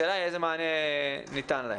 השאלה איזה מענה ניתן להם.